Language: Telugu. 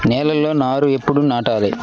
నేలలో నారు ఎప్పుడు నాటాలి?